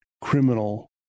criminal